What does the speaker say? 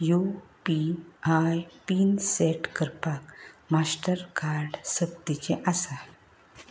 you P I pin set करपाक Mastercard सक्तीचें आसा